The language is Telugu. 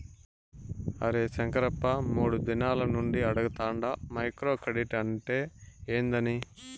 అరే శంకరప్ప, మూడు దినాల నుండి అడగతాండ మైక్రో క్రెడిట్ అంటే ఏందని